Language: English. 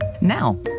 Now